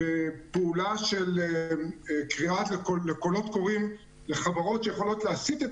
בפעולה של קריאה לקולות קוראים לחברות שיכולות להסיט את